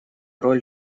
роль